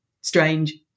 strange